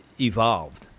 evolved